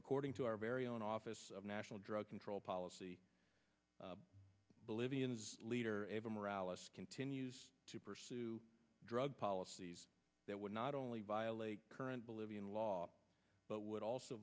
according to our very own office of national drug control policy bolivians leader ever morales continues to pursue drug policies that would not only violate current bolivian law but would also